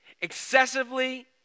excessively